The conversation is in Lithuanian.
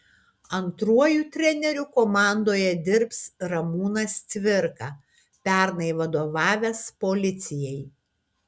antruoju treneriu komandoje dirbs ramūnas cvirka pernai vadovavęs policijai